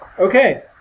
Okay